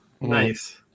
Nice